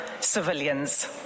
civilians